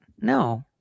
no